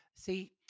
See